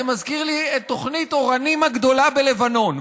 זה מזכיר לי את תוכנית אורנים הגדולה בלבנון,